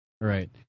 Right